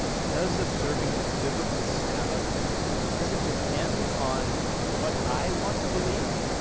does observing the biblical sabbath does it depend on what i want to believe?